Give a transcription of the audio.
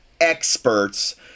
experts